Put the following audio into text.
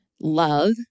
love